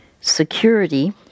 security